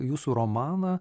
jūsų romaną